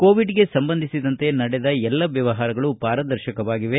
ಕೊವಿಡ್ಗೆ ಸಂಬಂಧಿಸಿದಂತೆ ನಡೆದ ಎಲ್ಲ ವ್ಯವಹಾರಗಳೂ ಪಾರದರ್ಶಕವಾಗಿವೆ